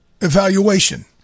evaluation